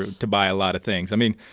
ah to buy a lot of things. i mean,